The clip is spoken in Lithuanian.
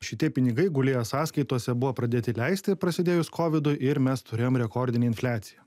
šitie pinigai gulėjo sąskaitose buvo pradėti leisti prasidėjus kovidui ir mes turėjom rekordinę infliaciją